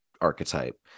archetype